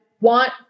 want